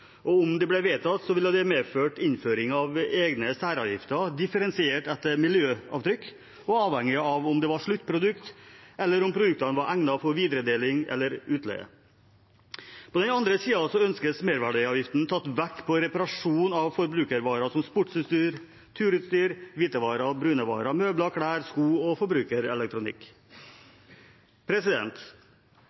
Om de ble vedtatt, ville det medført innføring av egne særavgifter, differensiert etter miljøavtrykk og avhengig av om det var sluttprodukt, eller om produktene var egnet for videredeling eller utleie. På den andre siden ønskes merverdiavgiften tatt vekk på reparasjon av forbrukervarer som sportsutstyr, turutstyr, hvitevarer, brunevarer, møbler, klær, sko og forbrukerelektronikk.